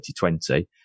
2020